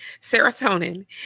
Serotonin